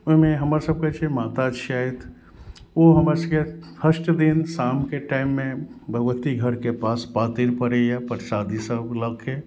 ओहिमे हमर सभके छै माता छथि ओ हमर सभके फर्स्ट दिन शामके टाइममे भगवती घरके पास पातरि पड़ैए परसादी सभ लऽके